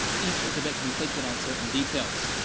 each is a bit conflicted on certain details.